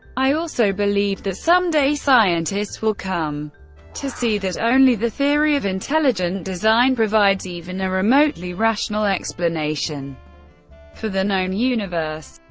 i also believe that someday scientists will come to see that only the theory of intelligent design provides even a remotely rational explanation for the known universe.